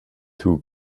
two